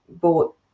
bought